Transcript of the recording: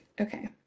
okay